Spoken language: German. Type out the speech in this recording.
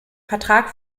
vertrag